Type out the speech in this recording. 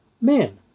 men